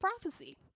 prophecy